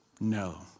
No